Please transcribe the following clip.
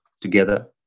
together